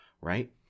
right